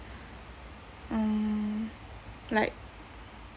mm like